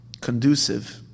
conducive